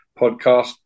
podcast